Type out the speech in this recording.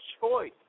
choice